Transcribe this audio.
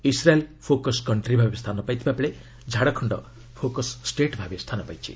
Israel focus country ଭାବେ ସ୍ଥାନ ପାଇଥିବାବେଳେ ଝାଡ଼ଖଣ୍ଡ ଫୋକସ୍ ଷ୍ଟେଟ୍ ଭାବେ ସ୍ଥାନ ପାଇଛି